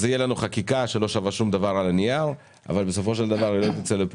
אז תהיה לנו חקיקה על הנייר שלא שווה שום דבר אבל בסופו